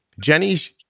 Jenny's